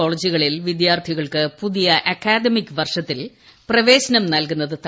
കോളേജുകളിൽ വിദ്യാർത്ഥികൾക്ക് പുതിയ അക്കാദമിക് വർഷത്തിൽ പ്രപ്പേശ്നം നൽകുന്നത് തടഞ്ഞു